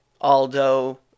Aldo